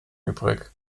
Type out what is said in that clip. übrig